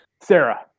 Sarah